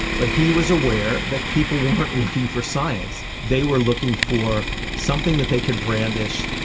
but he was aware that people weren't looking for science, they were looking for something that they could brandish,